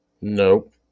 Nope